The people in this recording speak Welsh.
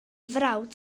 frawd